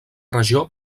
regió